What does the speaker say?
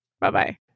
Bye-bye